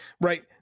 right